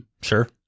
Sure